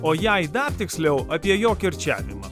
o jei dar tiksliau apie jo kirčiavimą